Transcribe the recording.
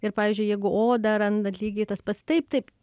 ir pavyzdžiui jeigu odą randat lygiai tas pats taip taip